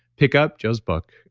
pick up joe's book.